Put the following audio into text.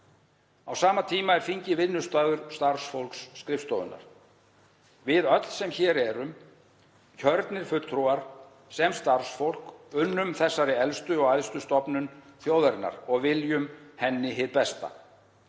Á sama tíma er þingið vinnustaður starfsfólks skrifstofunnar. Við öll sem hér erum, kjörnir fulltrúar sem starfsfólk, unnum þessari elstu og æðstu stofnun þjóðarinnar og viljum henni hið besta.